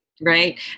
Right